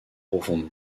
profondes